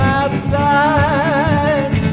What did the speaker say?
outside